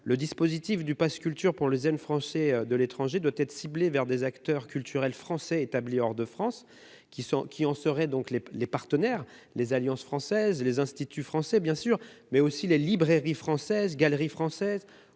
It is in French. Le dispositif du pass Culture pour les jeunes Français de l'étranger doit être ciblé vers des acteurs culturels français établis hors de France, qui en seraient partenaires : alliances françaises, instituts français bien sûr, mais aussi librairies françaises, galeries françaises